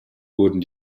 wurden